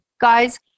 guys